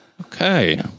Okay